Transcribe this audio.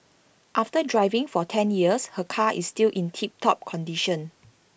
after driving for ten years her car is still in tip top condition